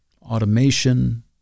Automation